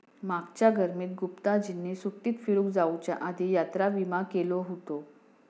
मागच्या गर्मीत गुप्ताजींनी सुट्टीत फिरूक जाउच्या आधी यात्रा विमा केलो हुतो